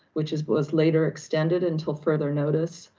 which was was later extended until further notice.